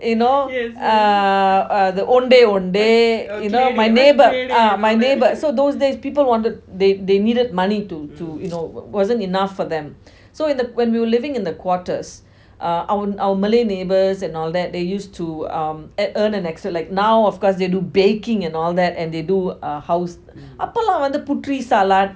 you know uh uh ondeh ondeh you know my neighbour ah my neighbour~ so those days people wanted they needed money to you know wasn't enough for them so in the when we were living in the quarters our malay neighbours and all that they used to earn extra now of course they do baking and all that and they do uh house அப்போல்லாம் வந்து:apolam vanthu salad